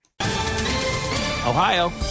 Ohio